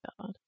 God